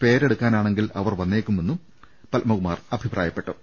പേരെടുക്കാനാണെങ്കിൽ അവർ വന്നേക്കാമെന്നും പത്മകുമാർ അഭിപ്രായപ്പെട്ടു